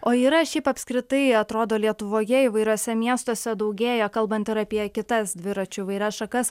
o yra šiaip apskritai atrodo lietuvoje įvairiuose miestuose daugėja kalbant ir apie kitas dviračių įvairias šakas